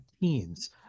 teens